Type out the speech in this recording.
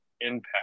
impact